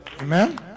Amen